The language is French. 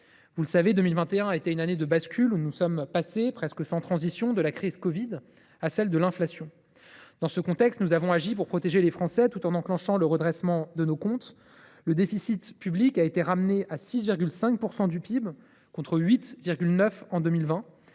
Vous le savez, 2021 a été une année de bascule, pendant laquelle nous sommes passés, presque sans transition, de la crise de la covid 19 à celle de l’inflation. Dans ce contexte, nous avons agi pour protéger les Français, tout en enclenchant le redressement de nos comptes. Le déficit public a été ramené à 6,5 % du PIB, contre 8,9 % en 2020,